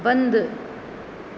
बंदि